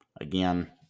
Again